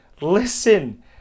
Listen